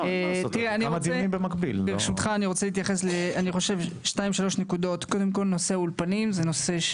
אני רוצה להתייחס לכמה נקודות: ראשית,